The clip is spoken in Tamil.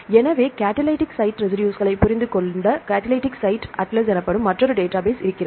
எனவே கடலிடிக் சைட் ரெசிடுஸ்களை புரிந்து கொள்ள கடலிடிக் சைட் அட்லஸ் எனப்படும் மற்றொரு டேட்டாபேஸ் இருக்கிறது